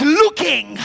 looking